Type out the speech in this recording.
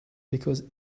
because